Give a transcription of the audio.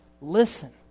Listen